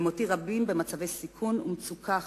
ומותירים רבים במצבי סיכון ומצוקה חריפים.